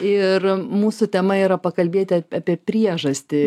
ir mūsų tema yra pakalbėti apie priežastį